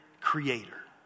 creator